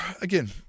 again